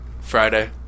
Friday